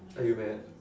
are you mad